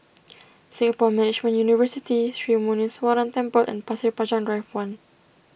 Singapore Management University Sri Muneeswaran Temple and Pasir Panjang Drive one